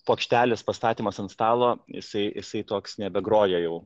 puokštelės pastatymas ant stalo jisai jisai toks nebegroja jau